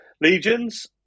legions